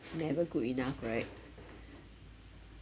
never good enough right